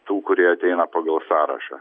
tų kurie ateina pagal sąrašą